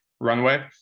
runway